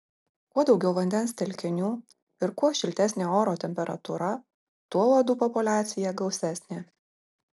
kuo daugiau vandens telkinių ir kuo šiltesnė oro temperatūra tuo uodų populiacija gausesnė